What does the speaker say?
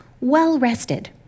well-rested